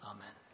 Amen